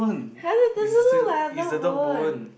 how does this one look like a dog bone